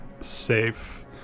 safe